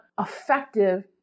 effective